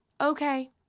okay